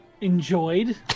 enjoyed